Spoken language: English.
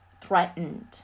threatened